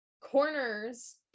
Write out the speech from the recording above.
corners